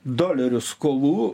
dolerių skolų